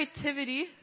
creativity